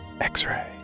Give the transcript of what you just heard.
X-ray